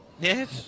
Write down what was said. Yes